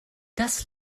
das